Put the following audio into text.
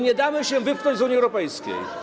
Nie damy się wypchnąć z Unii Europejskiej.